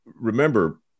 Remember